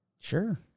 Sure